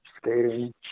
skating